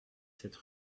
cette